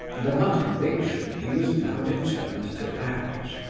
and on that conviction he was now determined to act.